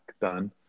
done